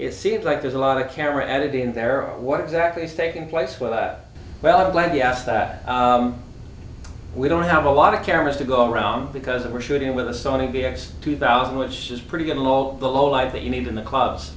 it seems like there's a lot of camera editing there or what exactly staking place with well i'm glad you asked that we don't have a lot of cameras to go around because we're shooting with a saudi x two thousand which is pretty low the low life that you need in the clubs